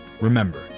Remember